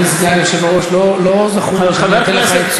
אדוני היושב-ראש, אותנו מגבילים בזמן.